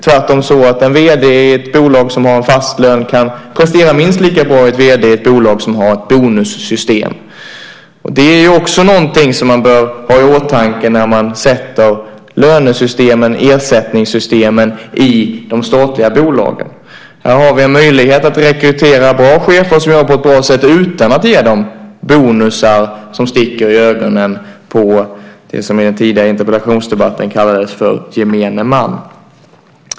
En vd i ett bolag som har en fast lön kan prestera minst lika bra som en vd i ett bolag som har ett bonussystem. Det är också någonting som man bör ha i åtanke när man bestämmer lönesystemen och ersättningssystemen i de statliga bolagen. Här har vi en möjlighet att rekrytera bra chefer som arbetar på ett bra sätt utan att ge dem bonusar som sticker i ögonen på det som i den tidigare interpellationsdebatten kallades för gemene man.